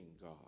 God